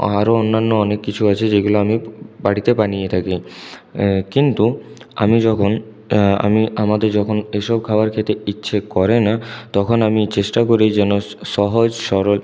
আরও অন্যান্য অনেক কিছু আছে যেগুলো আমি বাড়িতে বানিয়ে থাকি কিন্তু আমি যখন আমি আমাদের যখন এসব খাবার খেতে ইচ্ছে করে না তখন আমি চেষ্টা করি যেন সহজ সরল